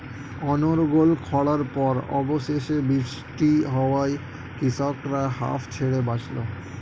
অনর্গল খড়ার পর অবশেষে বৃষ্টি হওয়ায় কৃষকরা হাঁফ ছেড়ে বাঁচল